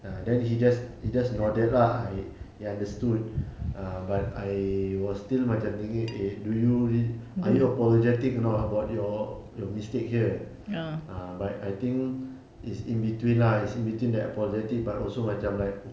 ah then he just he just nodded lah he he understood uh but I was still macam thinking eh do you real~ are you apologetic or not about your your mistake here ah but I think it's in between lah it's in between that apologetic but also macam like okay